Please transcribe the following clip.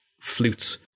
flutes